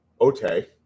Okay